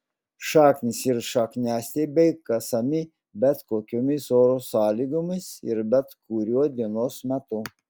šaknys ir šakniastiebiai kasami bet kokiomis oro sąlygomis ir bet kuriuo dienos metu